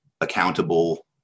accountable